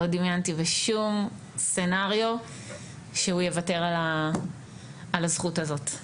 לא דמיינתי בשום scenario שהוא יוותר על הזכות הזאת.